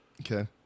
Okay